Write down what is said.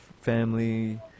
family